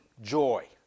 joy